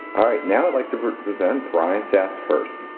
now, i'd like to present brian sass-hurst.